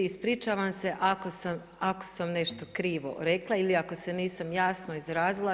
Ispričavam se ako sam nešto krivo rekla ili ako se nisam jasno izrazila.